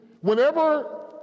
Whenever